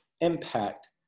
impact